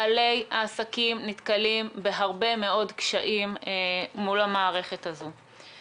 בעלי העסקים נתקלים בהרבה מאוד קשיים מול המערכת הזו.